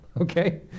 okay